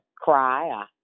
cry